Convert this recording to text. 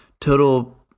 total